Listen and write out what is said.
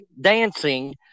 dancing